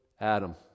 Adam